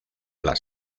las